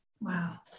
Wow